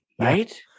Right